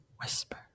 whisper